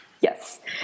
Yes